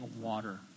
water